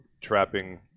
trapping